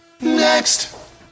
Next